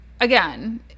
Again